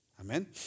Amen